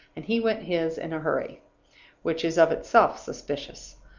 and he went his in a hurry which is of itself suspicious.